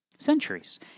centuries